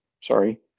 sorry